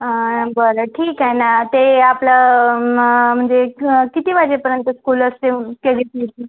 बरं ठीक आहे ना ते आपलं म्हणजे क किती वाजेपर्यंत स्कूल असते के जी थ्रीची